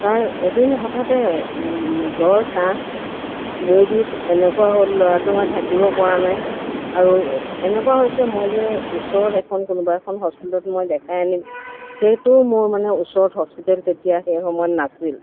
তাৰ এদিন হঠাতে জ্বৰ কাঁহ মূৰ বিষ এনেকুৱা হ'ল ল'ৰাটো মানে থাকিব পৰা নাই আৰু এনেকুৱা হৈছে মই যে ওচৰত এখন কোনোবা এখন হস্পিটেলত মই দেখাই আনিম সেইটোও মোৰ মানে ওচৰত হস্পিটেল তেতিয়া সেই সময়ত নাছিল